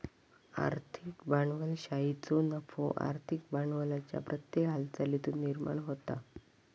आर्थिक भांडवलशाहीचो नफो आर्थिक भांडवलाच्या प्रत्येक हालचालीतुन निर्माण होता